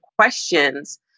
questions